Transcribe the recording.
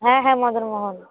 হ্যাঁ হ্যাঁ মদনমোহন